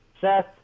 Seth